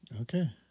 okay